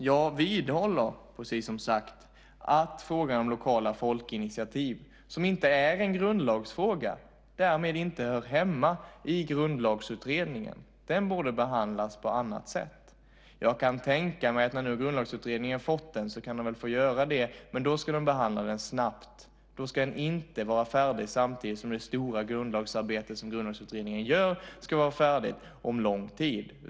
Jag vidhåller att frågan om lokala folkinitiativ, som inte är en grundlagsfråga, därmed inte hör hemma i Grundlagsutredningen. Den borde behandlas på annat sätt. Jag kan tänka mig att när nu Grundlagsutredningen fått den, kan de väl få behandla den, men då ska den behandlas snabbt. Det ska inte vara så att den ska vara färdig samtidigt som det stora grundlagsarbete som Grundlagsutredningen gör ska vara färdigt, vilket är om lång tid.